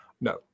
No